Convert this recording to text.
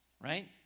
Right